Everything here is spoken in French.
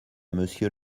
monsieur